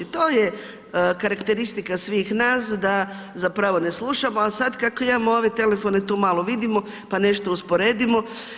To je karakteristika svih nas da zapravo ne slušamo, a sad kako imamo ove telefone tu malo vidimo pa nešto usporedimo.